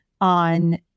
on